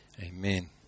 Amen